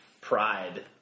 pride